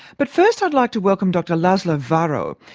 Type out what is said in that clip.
but first i'd like to welcome dr laszlo varro.